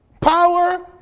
power